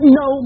no